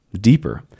deeper